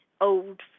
Old